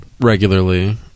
regularly